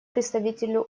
представителю